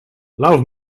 love